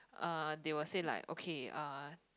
uh they will say like okay uh